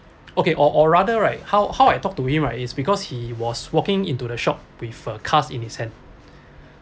okay or or rather right how how I talk to him right is because he was walking into the shop with a cuts in his hand